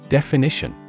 Definition